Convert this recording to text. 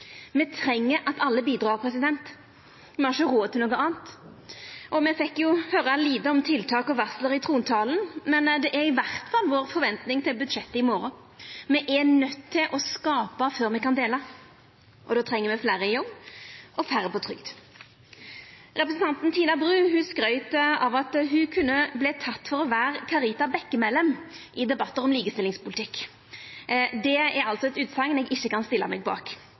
Me treng at alle bidreg, me har ikkje råd til noko anna. Me fekk høyra lite om tiltak og varsel i trontalen, men det er i alle fall vår forventning til budsjettet i morgon. Me er nøydde til å skapa før me kan dela. Då treng me fleire i jobb og færre på trygd. Representanten Tina Bru skrytte av at ein kunne tru ho var Karita Bekkemellem i debattar om likestillingspolitikk. Det er ei utsegn eg ikkje kan stilla meg bak.